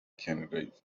candidate